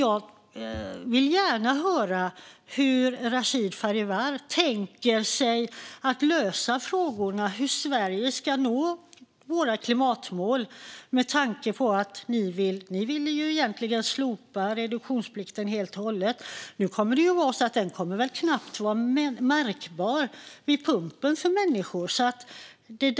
Jag vill gärna höra hur Rashid Farivar tänker sig att man ska lösa frågan hur Sverige ska nå klimatmålen, med tanke på att Sverigedemokraterna egentligen ville slopa reduktionsplikten helt och hållet. Nu kommer den ju att bli knappt märkbar för människor vid pumpen.